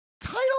title